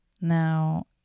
Now